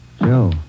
Joe